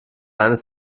eines